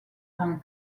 rhin